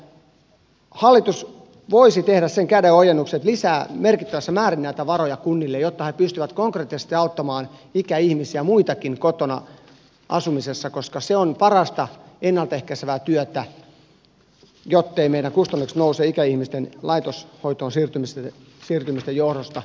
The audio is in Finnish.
elikkä hallitus voisi tehdä sen kädenojennuksen että lisää merkittävässä määrin näitä varoja kunnille jotta ne pystyvät konkreettisesti auttamaan muitakin ikäihmisiä kotona asumisessa koska se on parasta ennalta ehkäisevää työtä jotteivät meidän kustannuksemme nouse ikäihmisten laitoshoitoon siirtymisten johdosta esimerkiksi